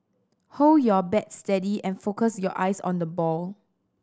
hold your bat steady and focus your eyes on the ball